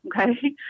okay